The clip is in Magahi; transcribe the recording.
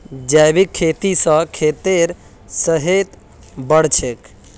जैविक खेती स खेतेर सेहत बढ़छेक